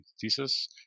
thesis